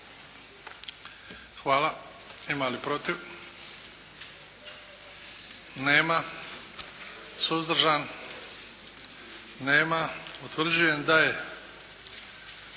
Hvala. Ima li protiv? Nema. Suzdržan? Nema. Utvrđujem da je